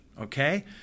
Okay